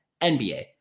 NBA